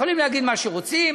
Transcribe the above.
יכולים להגיד מה שרוצים,